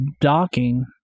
docking